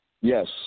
Yes